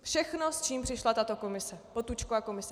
Všechno, s čím přišla tato komise, Potůčkova komise.